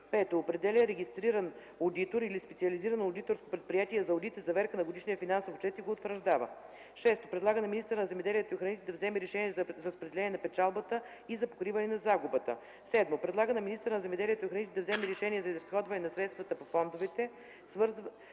5. определя регистриран одитор или специализирано одиторско предприятие за одит и заверка на годишния финансов отчет и го утвърждава; 6. предлага на министъра на земеделието и храните да вземе решение за разпределение на печалбата и за покриване на загубата; 7. предлага на министъра на земеделието и храните да вземе решение за изразходване на средствата по фондовете,